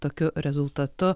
tokiu rezultatu